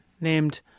named